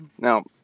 now